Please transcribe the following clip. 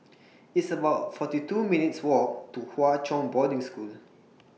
It's about forty two minutes' Walk to Hwa Chong Boarding School